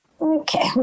Okay